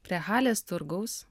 prie halės turgaus